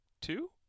two